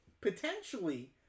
potentially